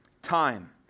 time